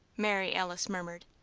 mary alice murmured,